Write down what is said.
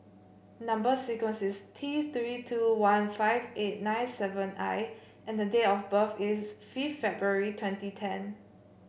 number sequence is T Three two one five eight nine seven I and date of birth is fifth February twenty ten